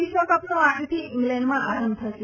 વિશ્વકપનો આજથી ઈંગ્લેન્ડમાં આરંભ થશે